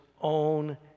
own